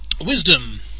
Wisdom